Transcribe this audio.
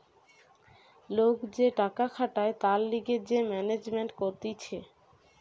লোক যে টাকা খাটায় তার লিগে যে ম্যানেজমেন্ট কতিছে